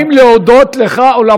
הוא שאל אותי בדיוק האם להודות לך או לא.